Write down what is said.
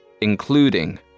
including